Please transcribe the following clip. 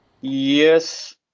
Yes